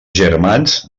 germans